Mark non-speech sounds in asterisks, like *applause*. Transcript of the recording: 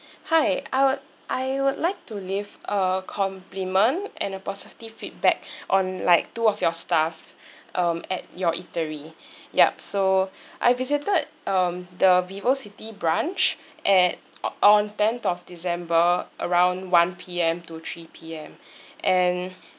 hi I would I would like to leave a compliment and a positive feedback on like two of your staff um at your eatery yup so I visited um the vivocity branch at on tenth of december around one P_M to three P_M *breath* and